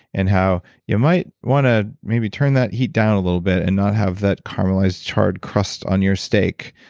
and how you might want to maybe turn that heat down a little bit and not have that caramelized, charred crust on your steak.